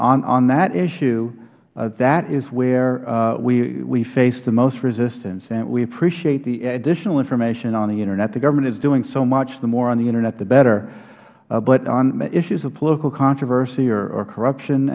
on that issue that is where we face the most resistance we appreciate the additional information on the internet the government is doing so much the more on the internet the better but on issues of political controversy or corruption